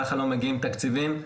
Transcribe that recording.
ככה לא מגיעים תקציבים,